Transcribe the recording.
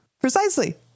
Precisely